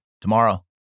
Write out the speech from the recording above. Tomorrow